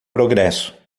progresso